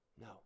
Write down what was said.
No